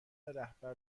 رهبر